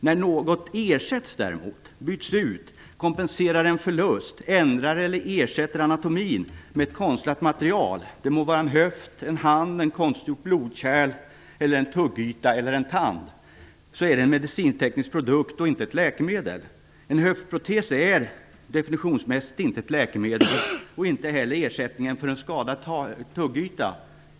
När något däremot erätts, byts ut, kompenserar en förlust, ändrar eller ersätter anatomin med ett konstlat material -- det må vara en höft, en hand, ett blodkärl, en tuggyta eller en tand -- är det en medicin-teknisk produkt och inte ett läkemedel. En höftprotes är definitionsmässigt inte ett läkemedel, och det är inte heller ersättningen för en skadad tuggyta.